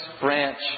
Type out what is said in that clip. branch